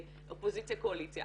אופוזיציה-קואליציה.